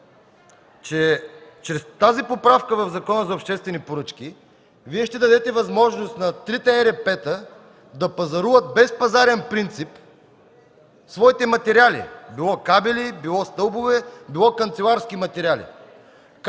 че чрез тази поправка в Закона за обществените поръчки Вие ще дадете възможност на трите ЕРП-та да пазаруват без пазарен принцип своите материали – било кабели, било стълбове, било канцеларски материали?